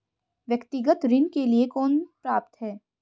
व्यक्तिगत ऋण के लिए कौन पात्र है?